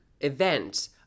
event